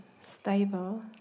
stable